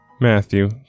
Matthew